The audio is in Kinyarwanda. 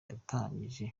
yatangije